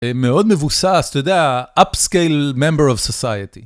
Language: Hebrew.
מאוד מבוסס, אתה יודע, upscale member of society.